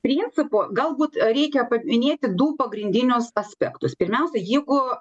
principo galbūt reikia paminėti du pagrindinius aspektus pirmiausia jeigu